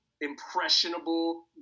impressionable